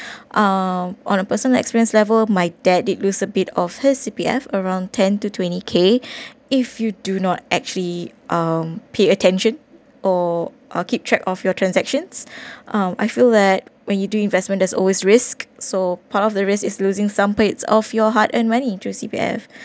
um on a personal experience level my dad did lose a bit of her C_P_F around ten to twenty K if you do not actually um pay attention or uh keep track of your transactions um I feel that when you do investment there's always risk so part of the rest is losing some bits of your heart and went into C_P_F